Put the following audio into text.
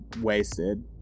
wasted